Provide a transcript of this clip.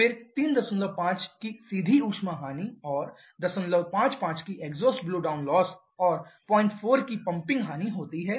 फिर 35 की सीधी ऊष्मा हानि और 055 की एग्जॉस्ट ब्लो डाउन लॉस और 04 की पंपिंग हानि होती है